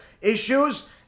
issues